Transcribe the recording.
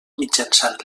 mitjançant